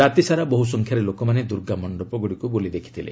ରାତିସାରା ବହୁସଂଖ୍ୟାରେ ଲୋକମାନେ ଦୁର୍ଗା ମଣ୍ଡପଗୁଡ଼ିକୁ ବୁଲି ଦେଖିଥିଲେ